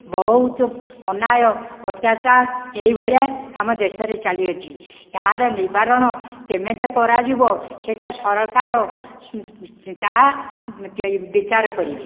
ବହୁତ ଅନ୍ୟାୟ ଅତ୍ୟାଚାର ଏହିଭଳିଆ ଆମ ଦେଶରେ ଚାଲିଅଛି ଏହାର ନିବାରଣ କେମିତି କରାଯିବ ସେହିଟା ସରକାର ତାହା ବିଚାର କରିବେ